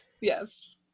yes